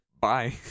Bye